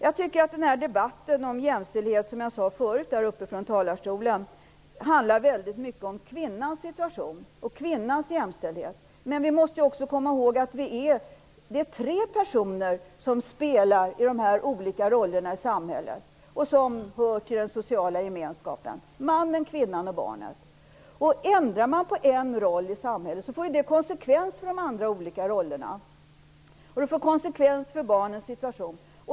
Jag tycker att den här debatten om jämställdhet, som jag tidigare har sagt i talarstolen, väldigt mycket handlar om kvinnans situation och kvinnans jämställdhet. Men vi måste komma ihåg att det är tre personer som spelar de här olika rollerna i samhället och som hör till den sociala gemenskapen: mannen, kvinnan och barnet. Ändrar man på en roll i samhället får det konsekvenser för de andra rollerna. Det påverkar barnens situation.